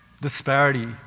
disparity